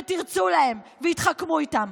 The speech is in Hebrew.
תירצו להם והתחכמו איתם.